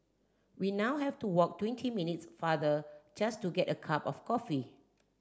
we now have to walk twenty minutes farther just to get a cup of coffee